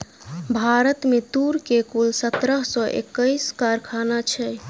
भारत में तूर के कुल सत्रह सौ एक्कैस कारखाना छै